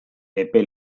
epe